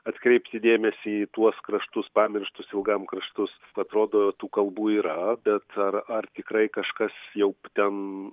atkreipti dėmesį į tuos kraštus pamirštus ilgam kraštus atrodo tų kalbų yra bet ar ar tikrai kažkas jau ten